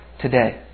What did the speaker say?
today